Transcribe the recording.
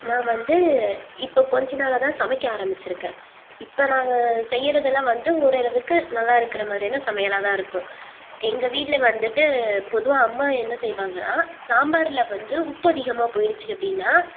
நான் வந்து இப்போ கொஞ்ச நாளாகதான் சமைக்க ஆரம்பித்திருக்கேன் இப்போ நாங்கள் செய்கிறதெல்லாம் வந்து ஓரளவுக்கு நல்லாயிருக்குற மாதிரியான சமையலாகதான் இருக்கும் எங்கள் வீட்டில் வந்துட்டு பொதுவாக அம்மா என்ன செய்வாங்கனால் சாம்பாரில் வந்து உப்பு அதிகமாக போயிடிச்சு அப்படினா